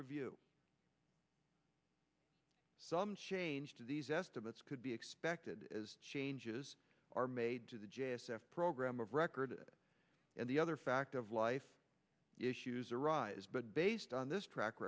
review some change to these estimates could be expected as changes are made to the j s f program of record and the other fact of life issues arise but based on this track